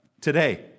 today